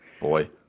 Boy